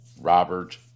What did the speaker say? robert